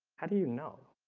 how do you know?